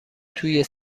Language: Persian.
توی